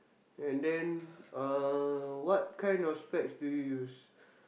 and then uh what kind of specs do you use